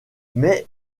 mais